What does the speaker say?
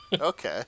okay